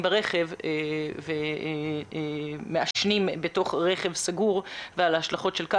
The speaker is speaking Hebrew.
ברכב ומעשנים בתוך רכב סגור וההשלכות של זה.